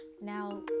Now